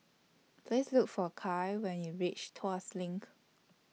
Please Look For Kya when YOU REACH Tuas LINK